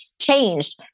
changed